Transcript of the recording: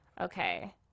Okay